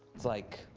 that's, like,